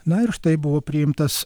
na ir štai buvo priimtas